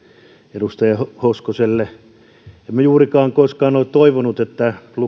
edustaja hoskoselle en minä juurikaan koskaan ole toivonut että